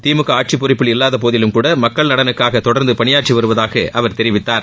திமுக ஆட்சிப் பொறுப்பில் இல்லாதபோதிலும் கூட மக்கள் நலனுக்காக தொடா்ந்து பணியாற்றி வருவதாக அவர் தெரிவித்தார்